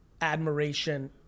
admiration